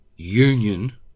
Union